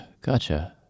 Gotcha